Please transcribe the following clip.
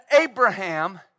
Abraham